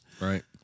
Right